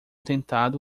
tentado